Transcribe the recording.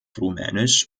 rumänisch